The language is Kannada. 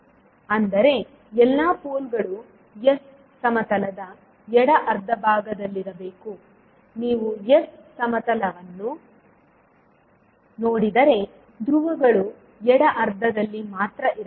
ಅಂದರೆ ಎಲ್ಲಾ ಪೋಲ್ಗಳು s ಸಮತಲದ ಎಡ ಅರ್ಧಭಾಗದಲ್ಲಿರಬೇಕು ನೀವು s ಸಮತಲವನ್ನು ನೋಡಿದರೆ ಧ್ರುವಗಳು ಎಡ ಅರ್ಧದಲ್ಲಿ ಮಾತ್ರ ಇರಬೇಕು